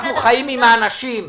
אנחנו חיים עם האנשים.